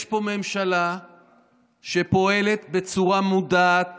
יש פה ממשלה שפועלת בצורה מודעת